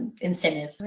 incentive